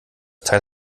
teil